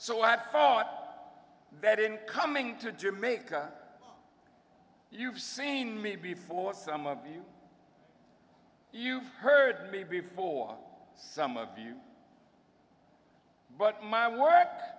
so i forgot that in coming to america you've seen me before some of you you've heard me before some of you but my work